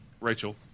Rachel